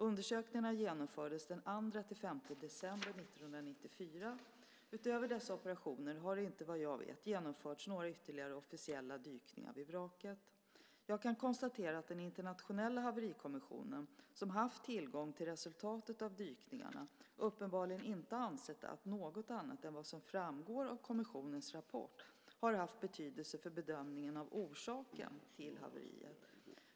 Undersökningarna genomfördes den 2-5 december 1994. Utöver dessa operationer har det inte, vad jag vet, genomförts några ytterligare officiella dykningar vid vraket. Jag kan konstatera att den internationella haverikommissionen, som haft tillgång till resultatet av dykningarna, uppenbarligen inte har ansett att något annat än vad som framgår av kommissionens rapport har haft betydelse för bedömningen av orsaken till haveriet.